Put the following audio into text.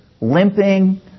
limping